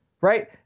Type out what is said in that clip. Right